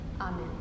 Amen